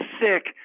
sick